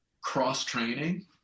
cross-training